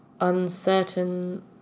uncertain